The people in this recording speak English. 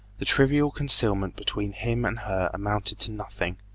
the trivial concealment between him and her amounted to nothing,